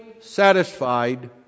satisfied